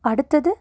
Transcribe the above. அடுத்தது